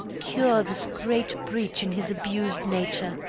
cure this great breach in his abused nature!